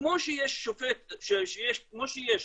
כמו שיש